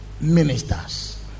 ministers